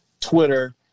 Twitter